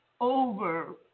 over